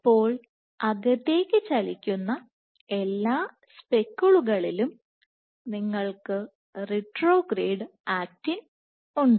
അപ്പോൾ അകത്തേക്ക് ചലിക്കുന്ന എല്ലാ സ്പെക്കിളുകളിലും നിങ്ങൾക്ക് റിട്രോഗ്രേഡ് ആക്റ്റിൻ ഉണ്ട്